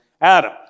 Adam